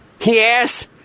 Yes